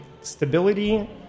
stability